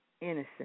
innocent